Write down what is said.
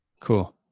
Cool